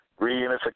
reunification